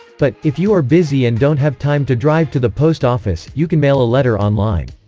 but, if you are busy and don't have time to drive to the post office, you can mail a letter online.